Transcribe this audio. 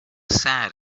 sad